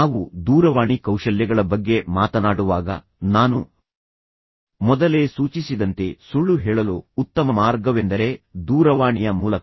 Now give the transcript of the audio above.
ನಾವು ದೂರವಾಣಿ ಕೌಶಲ್ಯಗಳ ಬಗ್ಗೆ ಮಾತನಾಡುವಾಗ ನಾನು ಮೊದಲೇ ಸೂಚಿಸಿದಂತೆ ಸುಳ್ಳು ಹೇಳಲು ಉತ್ತಮ ಮಾರ್ಗವೆಂದರೆ ದೂರವಾಣಿಯ ಮೂಲಕ